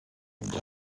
some